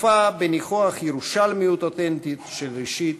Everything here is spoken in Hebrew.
אפופה בניחוח ירושלמיות אותנטית של ראשית